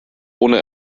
ohne